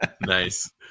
Nice